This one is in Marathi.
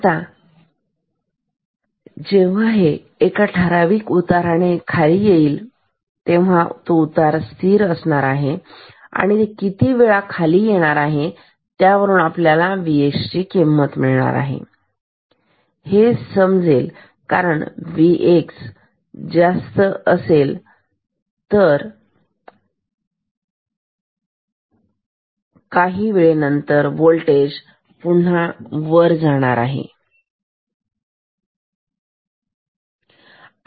आणि आता हे खाली येईल एका ठराविक उताराने हा उतार स्थिर असेल आणि ते किती वेळ खाली येईल त्यावरून आपल्याला Vx किती आहे ते समजेल कारण जर Vx जास्त असेल तर काही वेळेनंतर होल्टेज पुन्हा वर जाणार आहे